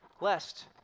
lest